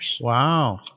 Wow